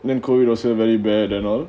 then call it also very bad at all